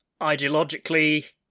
ideologically